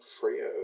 Frio